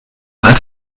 als